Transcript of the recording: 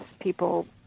people